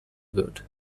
good